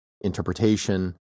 interpretation